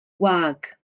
wag